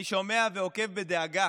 אני שומע ועוקב בדאגה